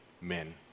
men